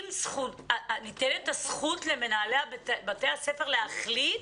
האם ניתנת הזכות למנהלי בתי הספר להחליט